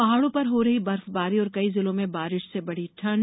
पहाड़ो पर हो रही बर्फबारी और कई जिलों में बारिश से बढ़ी ठंड